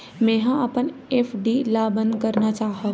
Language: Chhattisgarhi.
मेंहा अपन एफ.डी ला बंद करना चाहहु